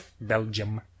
belgium